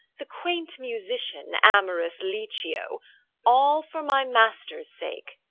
the quaint musician, amorous licio all for my master's sake,